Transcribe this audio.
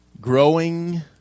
growing